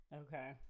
Okay